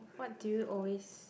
what do you always